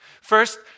First